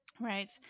Right